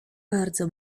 bardzo